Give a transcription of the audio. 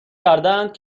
کردهاند